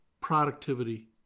productivity